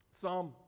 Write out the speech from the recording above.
Psalm